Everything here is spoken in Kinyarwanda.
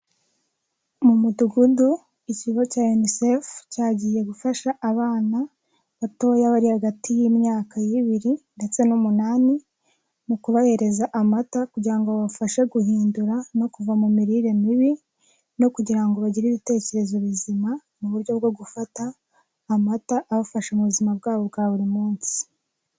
Mu mudugudu ikigo cya UNICEF cyagiye gufasha abana batoya bari hagati y'imyaka y'ibiri ndetse n'umunani, mu kubahereza amata kugira ngo babafashe guhindura no kuva mu mirire mibi, no kugira ngo bagire ibitekerezo bizima mu buryo bwo gufata amata abafasha mu buzima bwabo bwa buri munsi.